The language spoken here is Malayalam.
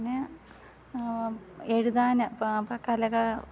പിന്നേ എഴുതാൻ പ്പാ പ കലകാ